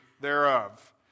thereof